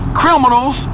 criminals